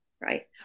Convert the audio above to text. Right